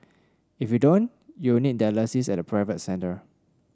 if you don't you need dialysis at a private centre